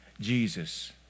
Jesus